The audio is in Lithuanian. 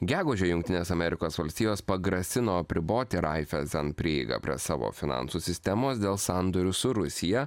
gegužę jungtinės amerikos valstijos pagrasino apriboti raifezen prieigą prie savo finansų sistemos dėl sandorių su rusija